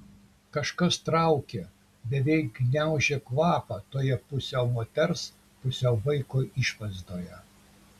kažkas traukė beveik gniaužė kvapą toje pusiau moters pusiau vaiko išvaizdoje